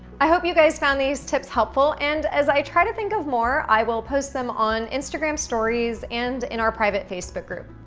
i hope you guys found these tips helpful, and as i try to think of more, i will post them on instagram stories and in our private facebook group.